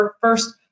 first